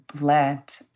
let